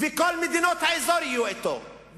וכל מדינות האזור יהיו אתו,